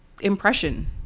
impression